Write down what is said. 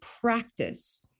practice